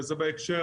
וזה בהקשר